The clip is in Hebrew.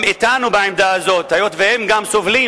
הם אתנו בעמדה הזאת, היות שהם גם סובלים